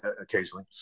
occasionally